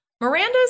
Miranda's